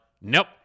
nope